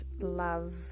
love